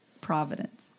providence